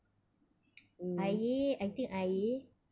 air I think air